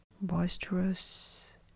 boisterous